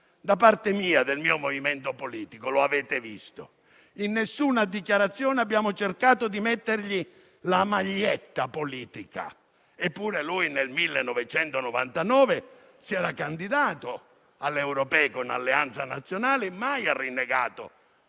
da parte mia e del mio movimento politico. Come avete visto in nessuna dichiarazione abbiamo cercato di mettergli la maglietta politica; eppure lui nel 1999 si era candidato alle europee con Alleanza Nazionale e mai ha rinnegato